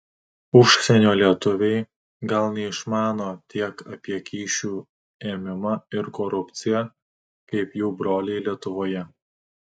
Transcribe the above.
užsienio lietuviai gal neišmano tiek apie kyšių ėmimą ir korupciją kaip jų broliai lietuvoje